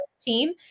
team